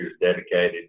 dedicated